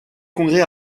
congrès